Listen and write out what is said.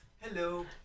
Hello